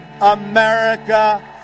America